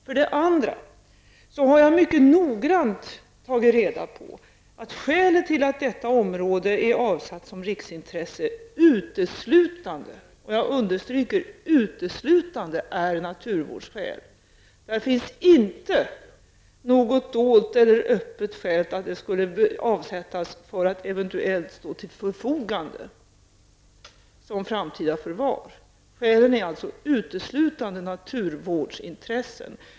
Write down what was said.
För det andra har jag mycket noggrant tagit reda på att skälet att området är avsatt som riksintresse uteslutande är av naturvårdsskäl. Där finns inte något dolt eller öppet skäl att området skulle avsättas för att eventuellt stå till förfogande som ett område för framtida förvar. Skälet är uteslutande naturvårdsintressen.